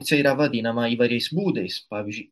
čia yra vadinama įvairiais būdais pavyzdžiui